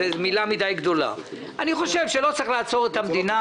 זה מילה גדולה מדי אני חושב שלא צריך לעצור את המדינה,